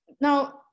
Now